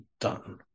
done